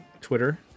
Twitter